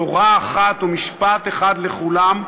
תורה אחת ומשפט אחד לכולם,